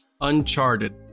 Uncharted